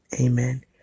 Amen